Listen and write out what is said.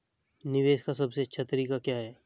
निवेश का सबसे अच्छा तरीका क्या है?